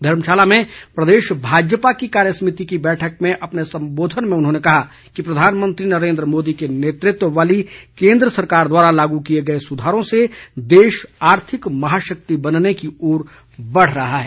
धर्मशाला में प्रदेश भाजपा की कार्यसमिति की बैठक में अपने सम्बोधन में उन्होंने कहा कि प्रधानमंत्री नरेन्द्र मोदी के नेतृत्व वाली केन्द्र सरकार द्वारा लागू किए गए सुधारों से देश आर्थिक महाशक्ति बनने की ओर बढ़ रहा है